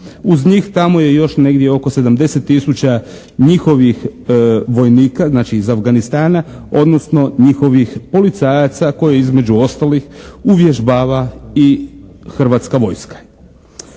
Uz njih tamo je još negdje oko 70 tisuća njihovih vojnika, znači iz Afganistana, odnosno njihovih policajaca koji između ostalih uvježbava i Hrvatska vojska.